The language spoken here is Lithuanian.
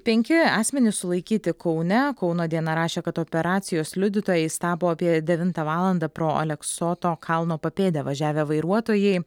penki asmenys sulaikyti kaune kauno diena rašė kad operacijos liudytojais tapo apie devintą valandą pro aleksoto kalno papėdę važiavę vairuotojai